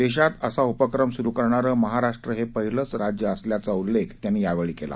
देशात असा उपक्रम सुरु करणारं महाराष्ट्र हे पाहिलंच राज्य असल्याचा उल्लेख त्यांनी यावेळी केला